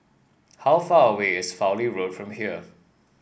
how far away is Fowlie Road from here